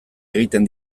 egiten